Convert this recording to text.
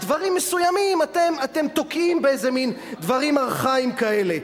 דברים מסוימים אתם תוקעים באיזה מין דברים ארכאיים כאלה.